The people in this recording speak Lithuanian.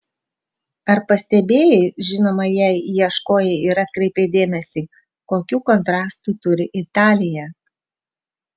ar pastebėjai žinoma jei ieškojai ir atkreipei dėmesį kokių kontrastų turi italija